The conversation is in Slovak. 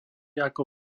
ako